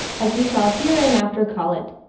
as we shall hereinafter call it.